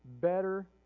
better